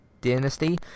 dynasty